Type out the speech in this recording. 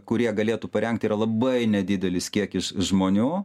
kurie galėtų parengti yra labai nedidelis kiekis žmonių